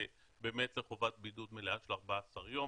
באמת יש חובת בידוד מלאה של 14 יום,